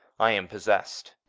i am possessed.